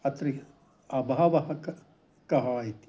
अत्र अभावः कः कः इति